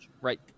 right